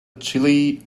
chile